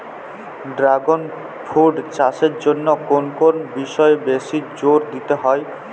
Dragon fruit চাষের জন্য কোন কোন বিষয়ে বেশি জোর দিতে হয়?